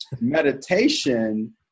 meditation